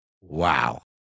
Wow